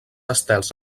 estels